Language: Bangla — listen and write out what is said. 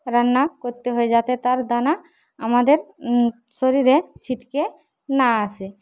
রান্না করতে হয় যাতে তার দানা আমাদের শরীরে ছিটকে না আসে